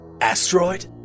Asteroid